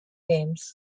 games